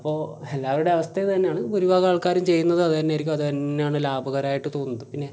അപ്പോൾ എല്ലാവരുടെ അവസ്ഥ ഇത് തന്നെയാണ് ഭൂരിഭാഗം ആൾക്കാരും ചെയ്യുന്നത് അത് തന്നെ ആയിരിക്കും അത് തന്നെയാണ് ലാഭകരമായിട്ട് തോന്നുന്നത് പിന്നെ